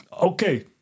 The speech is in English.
Okay